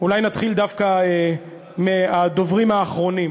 אולי נתחיל דווקא מהדוברים האחרונים.